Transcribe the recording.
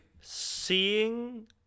Seeing